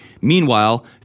meanwhile